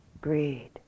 greed